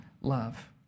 love